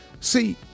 See